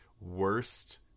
worst